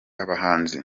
abahanzi